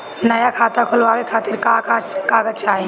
नया खाता खुलवाए खातिर का का कागज चाहीं?